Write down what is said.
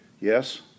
Yes